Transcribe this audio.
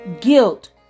guilt